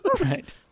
Right